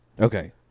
Okay